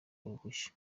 uruhushya